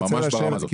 ממש ברמה הזאת.